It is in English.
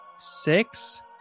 six